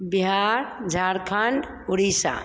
Bihar Jharkhand Orissa